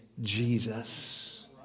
Jesus